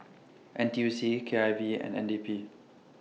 N T U C K I V and N D P